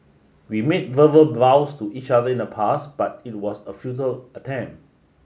we made verbal vows to each other in the past but it was a futile attempt